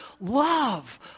love